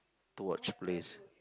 to watch plays